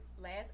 last